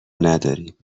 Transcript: نداریم